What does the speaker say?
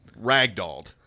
ragdolled